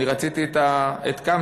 אני רציתי את קמצא,